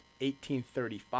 1835